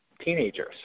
teenagers